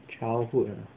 childhood ah